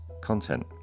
content